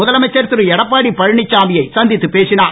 முதலமைச்சர் திரு எடப்பாடி பழனிச்சாமியை சந்தித்துப் பேசினார்